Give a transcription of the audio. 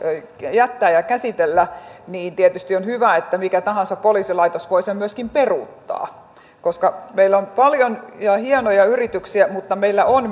jättää ja käsitellä tietysti on hyvä että mikä tahansa poliisilaitos voi sen myöskin peruuttaa koska meillä on paljon hienoja yrityksiä mutta meillä on